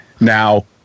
Now